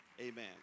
Amen